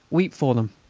weep for them,